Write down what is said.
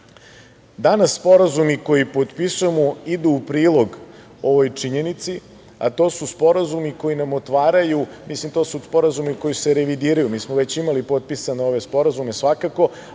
hranu. Danas sporazumi koje potpisujemo idu u prilog ovoj činjenici, a to su sporazumi koji nam otvaraju, to su sporazumi koji se revidiraju, jer mi smo već imali potpisane ove sporazume svakako,